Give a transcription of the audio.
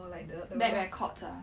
or like the those